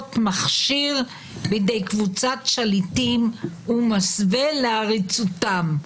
מכשיר בידי קבוצת שליטים ומסווה לעריצותם.